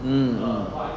mm mm